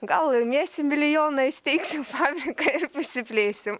gal laimėsim milijoną įsteigsim fabriką ir išsiplėsim